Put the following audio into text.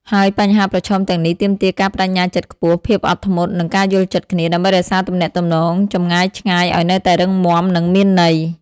ការភ័យខ្លាចនេះកើតចេញពីការខ្វះព័ត៌មានលម្អិតអំពីជីវិតប្រចាំថ្ងៃរបស់ពួកគេ ឬការបកស្រាយខុសពីចម្ងាយ ដែលអាចនាំឱ្យមានការប្រចណ្ឌ ឬការមិនទុកចិត្ត។